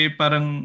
parang